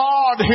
God